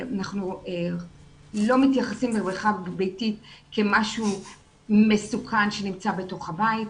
אנחנו לא מתייחסים לבריכה ביתית כמשהו מסוכן שנמצא בתוך הבית.